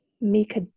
make